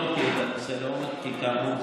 כאמור,